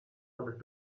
wanted